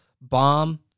bomb